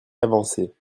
avancer